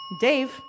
Dave